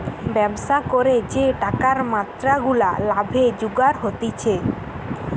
ব্যবসা করে যে টাকার মাত্রা গুলা লাভে জুগার হতিছে